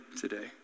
today